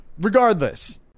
regardless